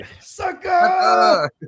sucker